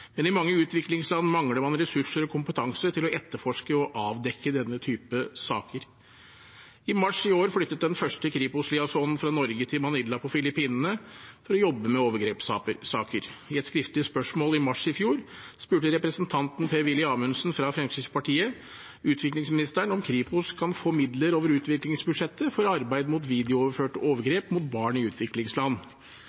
Men i mange utviklingsland mangler man ressurser og kompetanse til å etterforske og avdekke denne type saker. I mars i år flyttet den første Kripos-liaisonen fra Norge til Manila på Filippinene for å jobbe med overgrepssaker. I et skriftlig spørsmål i mars i fjor spurte representanten Per-Willy Amundsen fra Fremskrittspartiet utviklingsministeren om Kripos kan få midler over utviklingsbudsjettet til arbeid mot